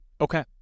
Okay